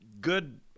good